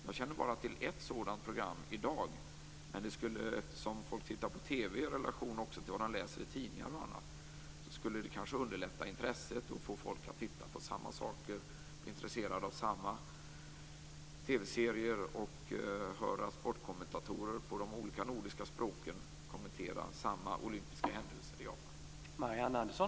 Jag känner i dag bara till ett sådant program, men eftersom folk tittar på TV i relation till vad de läser i tidningar skulle detta kanske öka intresset och få folk att titta på samma saker, bli intresserade av samma TV-serier och höra sportkommentatorer på de olika nordiska språken kommentera samma olympiska händelser i Japan.